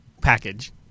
package